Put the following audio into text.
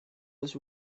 was